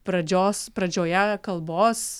pradžios pradžioje kalbos